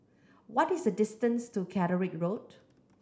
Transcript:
what is the distance to Catterick Road